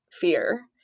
fear